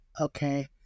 okay